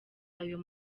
ayo